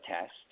test